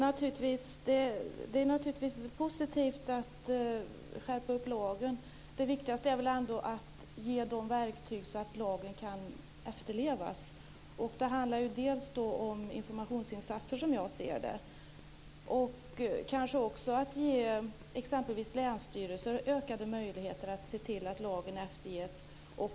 Herr talman! Det är naturligtvis positivt att man ska skärpa lagen. Det viktigaste är väl ändå att ge de verktyg som behövs så att lagen kan efterlevas. Det handlar som jag ser det om informationsinsatser och kanske också om att ge exempelvis länsstyrelser ökade möjligheter att se till att lagen efterlevs.